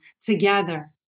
together